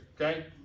Okay